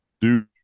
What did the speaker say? dude